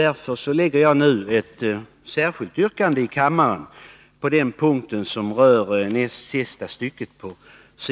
Därför framställer jag nu ett särskilt yrkande här i kammaren på den punkt som rör näst sista stycket på s. 8 i utskottets betänkande.